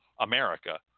America